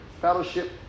fellowship